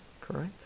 Correct